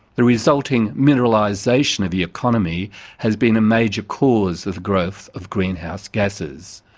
the resulting mineralisation of the economy has been a major cause of growth of greenhouse gasses.